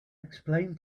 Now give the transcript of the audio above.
explain